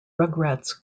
rugrats